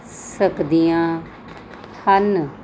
ਸਕਦੀਆਂ ਹਨ